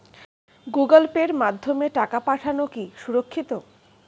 Google পের মাধ্যমে টাকা পাঠানোকে সুরক্ষিত?